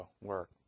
work